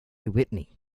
whitney